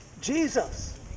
Jesus